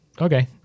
Okay